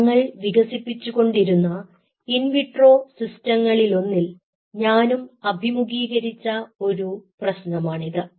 ഞങ്ങൾ വികസിപ്പിച്ചുകൊണ്ടിരുന്ന ഇൻവിട്രോ സിസ്റ്റങ്ങളിലൊന്നിൽ ഞാനും അഭിമുഖീകരിച്ച ഒരു പ്രശ്നമാണിത്